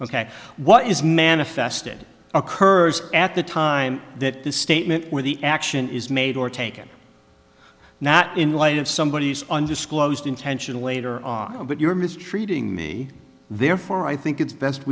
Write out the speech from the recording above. ok what is manifested occurs at the time that the statement where the action is made or taken not in light of somebody's undisclosed intentional later on but you're mistreating me therefore i think it's best